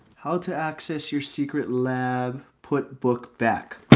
how to access your secret lab put book back.